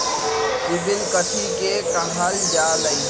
CIBIL कथि के काहल जा लई?